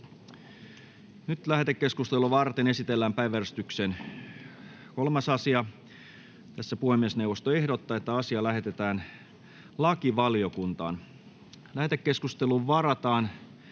Lähetekeskustelua varten esitellään päiväjärjestyksen 5. asia. Puhemiesneuvosto ehdottaa, että asia lähetetään ulkoasiainvaliokuntaan. Lähetekeskusteluun varataan